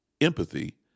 empathy